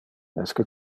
esque